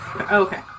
Okay